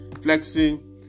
Flexing